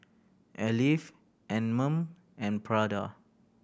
Alive Anmum and Prada